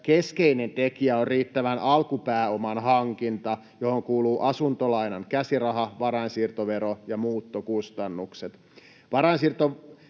keskeinen tekijä on riittävän alkupääoman hankinta, johon kuuluu asuntolainan käsiraha, varainsiirtovero ja muuttokustannukset.